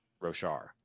Roshar